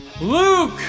Luke